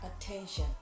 attention